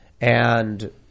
and-